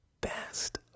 best